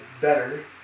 better